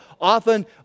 often